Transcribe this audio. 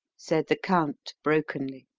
said the count brokenly.